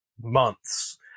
months